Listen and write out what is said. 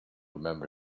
remember